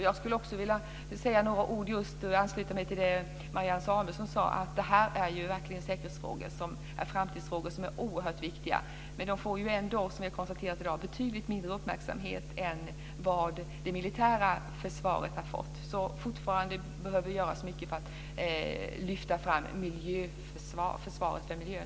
Jag skulle också vilja säga några ord om och ansluta mig till det som Marianne Samuelsson sade, att det här verkligen är säkerhetsfrågor och framtidsfrågor som är oerhört viktiga. Men de får ju ändå, som vi har konstaterat i dag, betydligt mindre uppmärksamhet än vad det militära försvaret har fått, så fortfarande behöver vi göra mycket för att lyfta fram försvaret av miljön.